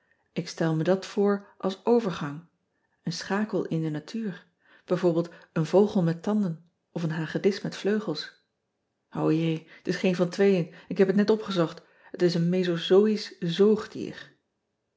k stel me dat voor als overgang een schakel in de natuur b v een vogel met tanden of een hagedis met vleugels jé het is geen van tweeën k heb het niet opgezocht et is een mesozoïsch zoogdier